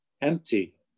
empty